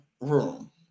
Room